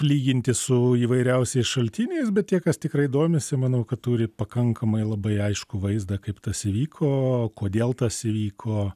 lyginti su įvairiausiais šaltiniais bet tie kas tikrai domisi manau kad turi pakankamai labai aiškų vaizdą kaip tas įvyko kodėl tas įvyko